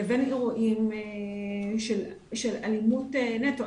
לבין אירועים של אלימות נטו.